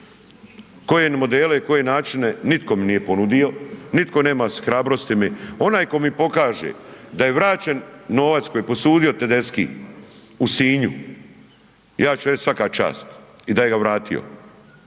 Koje modele i koje načine, nitko mi nije ponudio, nitko nema hrabrosti mi, onaj tko mi pokaže da je vraćen novac koji je posudio Tedeschi u Sinju ja ću reći svaka čast i da ga je vratio.